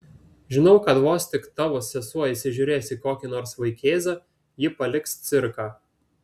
žinau kad vos tik tavo sesuo įsižiūrės į kokį nors vaikėzą ji paliks cirką